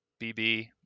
BB